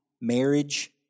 marriage